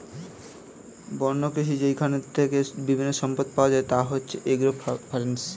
বন্য কৃষি যেইখান থেকে বিভিন্ন সম্পদ পাওয়া যায় যা হচ্ছে এগ্রো ফরেষ্ট্রী